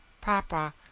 Papa